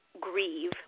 grieve